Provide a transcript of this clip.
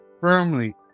firmly